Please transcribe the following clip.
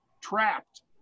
trapped